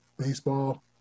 Baseball